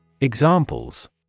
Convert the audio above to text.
Examples